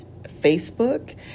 Facebook